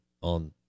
on